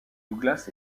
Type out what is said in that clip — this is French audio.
douglas